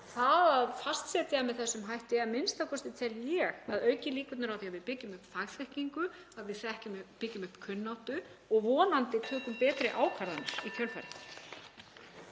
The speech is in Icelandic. að fastsetja það með þessum hætti tel ég a.m.k. að auki líkurnar á því að við byggjum upp fagþekkingu, að við byggjum upp kunnáttu og vonandi tökum betri ákvarðanir í kjölfarið.